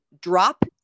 drop